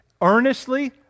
earnestly